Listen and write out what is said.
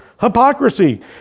hypocrisy